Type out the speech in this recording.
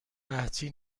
قحطی